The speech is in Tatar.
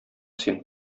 син